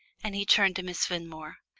and he turned to miss fenmore.